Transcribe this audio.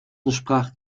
entsprach